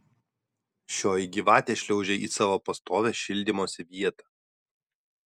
šioji gyvatė šliaužė į savo pastovią šildymosi vietą